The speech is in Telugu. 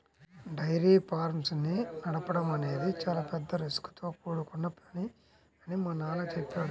డైరీ ఫార్మ్స్ ని నడపడం అనేది చాలా పెద్ద రిస్కుతో కూడుకొన్న పని అని మా నాన్న చెప్పాడు